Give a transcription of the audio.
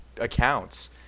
accounts